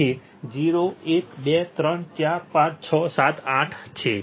તેથી 0 1 2 3 4 5 6 7 8 છે